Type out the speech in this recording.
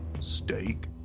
steak